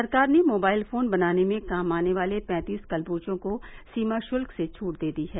सरकार ने mobile phone बनाने में काम आने वाले पैंतीस कलपुर्जों को सीमाशुल्क से छूट दे दी है